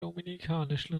dominikanischen